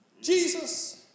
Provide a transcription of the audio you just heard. Jesus